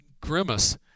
grimace